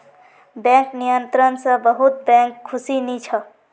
bank नियंत्रण स बहुत बैंक खुश नी छ